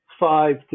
Five